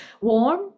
warm